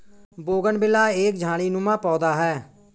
bougainvillea एक झाड़ीनुमा पौधा है